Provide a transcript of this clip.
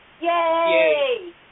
Yay